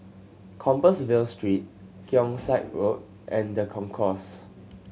Compassvale Street Keong Saik Road and The Concourse